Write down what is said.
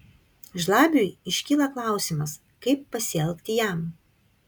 žlabiui iškyla klausimas kaip pasielgti jam